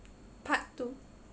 part two